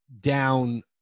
down